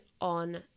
on